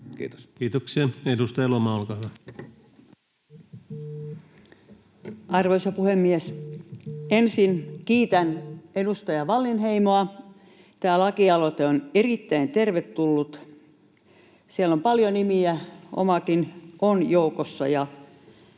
muuttamisesta Time: 18:03 Content: Arvoisa puhemies! Ensin kiitän edustaja Wallinheimoa. Tämä lakialoite on erittäin tervetullut. Siellä on paljon nimiä, omanikin on joukossa.